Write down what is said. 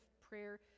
prayer